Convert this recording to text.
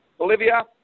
Bolivia